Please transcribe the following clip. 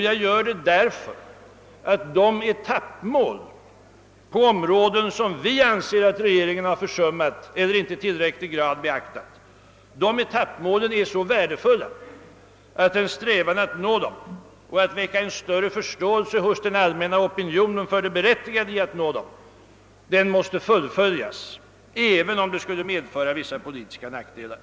Jag gör det därför att de etappmål på områden, som vi anser att regeringen försummat eller inte i tillräcklig grad beaktat, är så värdefulla, att en strävan att uppnå dem och att väcka förståelse hos den allmänna opinionen för det berättigade i att uppnå dem måste fullföljas, även om det skulle medföra vissa politiska nackdelar.